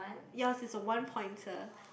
yours is a one pointer